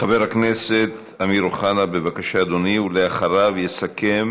חבר הכנסת אמיר אוחנה, בבקשה אדוני, ואחריו יסכם